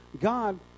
God